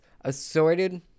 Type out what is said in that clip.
assorted